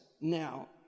Now